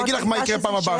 אני אגיד לך מה יקרה בפעם הבאה.